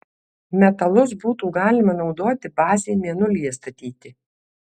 metalus būtų galima naudoti bazei mėnulyje statyti